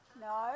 No